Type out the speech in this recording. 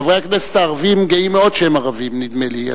חברי הכנסת הערבים גאים מאוד שהם ערבים, נדמה לי.